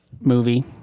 movie